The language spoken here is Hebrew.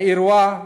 האירוע,